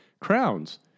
Crowns